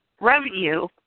revenue